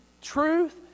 truth